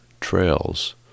trails